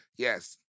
Yes